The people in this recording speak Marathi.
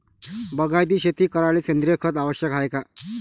बागायती शेती करायले सेंद्रिय खत आवश्यक हाये का?